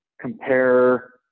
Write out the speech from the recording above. compare